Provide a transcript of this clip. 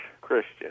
Christian